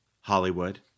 Hollywood